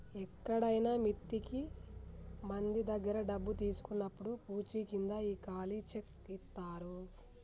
ఎక్కడైనా మిత్తికి మంది దగ్గర డబ్బు తీసుకున్నప్పుడు పూచీకింద ఈ ఖాళీ చెక్ ఇత్తారు